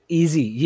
easy